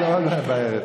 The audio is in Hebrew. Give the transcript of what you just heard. תודה רבה.